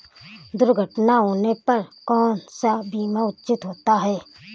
दुर्घटना होने पर कौन सा बीमा उचित होता है?